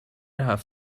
هفت